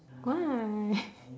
why